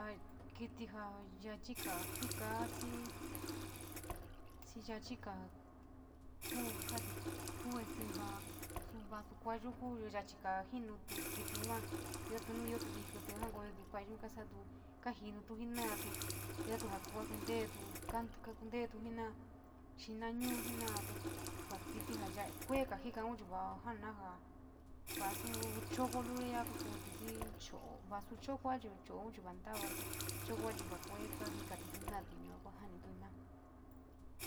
kití ja yachiga jika xii yochiga kuu saetu ka ua usou kaya kuu yoongiou jiin kitt yoo totu nuito utuu tambuyeta kuuun kuu kachutemiku jenoor te io kakunieto nu kuntetyo suoora xininu jenoi te, nu kitt ja keeaga jihoou jaa nor jaa ya soo choko luli ya katutisuu choko chi vo chio chi ntava te, cho´o kajikati jiinati yua kuu janituu inoa.